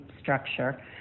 structure